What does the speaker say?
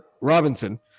Robinson